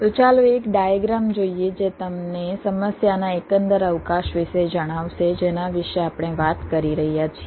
તો ચાલો એક ડાયગ્રામ જોઈએ જે તમને સમસ્યાના એકંદર અવકાશ વિશે જણાવશે જેના વિશે આપણે વાત કરી રહ્યા છીએ